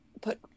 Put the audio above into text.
put